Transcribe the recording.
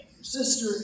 sister